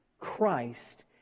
Christ